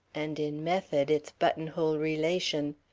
and in method, its buttonhole relation.